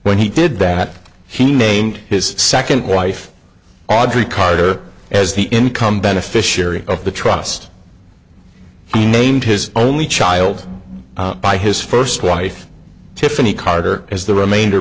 when he did that he named his second wife audrey carter as the income beneficiary of the trust he named his only child by his first wife tiffany carter as the remainder